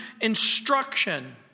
instruction